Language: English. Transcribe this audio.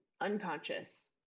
unconscious